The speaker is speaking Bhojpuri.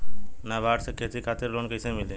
नाबार्ड से खेती खातिर लोन कइसे मिली?